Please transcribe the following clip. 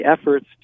efforts